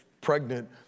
pregnant